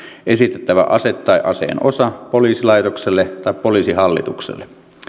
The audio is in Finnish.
esitettävä ase tai aseen osa poliisilaitokselle tai poliisihallitukselle